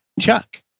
Chuck